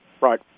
Right